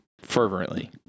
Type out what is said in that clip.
fervently